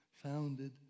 founded